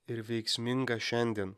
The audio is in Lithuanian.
ir veiksmingą šiandien